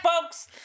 folks